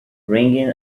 ringing